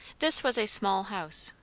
this was a small house,